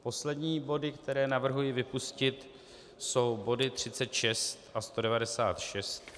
Poslední body, které navrhuji vypustit, jsou body 36 a 196.